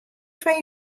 fan